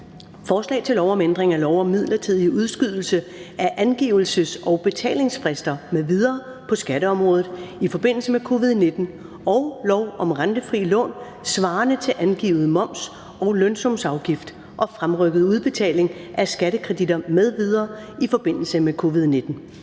Forslag til lov om ændring af lov om midlertidig udskydelse af angivelses- og betalingsfrister m.v. på skatteområdet i forbindelse med covid-19 og lov om rentefrie lån svarende til angivet moms og lønsumsafgift og fremrykket udbetaling af skattekreditter m.v. i forbindelse med covid-19.